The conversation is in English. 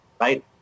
right